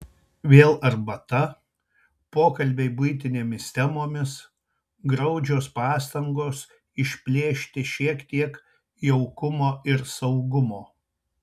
vėl arbata pokalbiai buitinėmis temomis graudžios pastangos išplėšti šiek tiek jaukumo ir saugumo